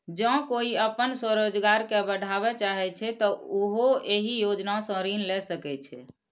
जौं कोइ अपन स्वरोजगार कें बढ़ाबय चाहै छै, तो उहो एहि योजना सं ऋण लए सकै छै